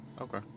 Okay